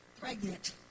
pregnant